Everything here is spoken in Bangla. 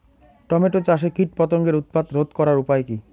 টমেটো চাষে কীটপতঙ্গের উৎপাত রোধ করার উপায় কী?